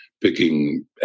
picking